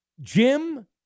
Jim